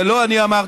את זה לא אני אמרתי,